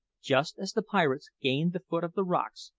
just as the pirates gained the foot of the rocks,